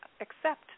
accept